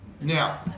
Now